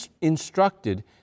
instructed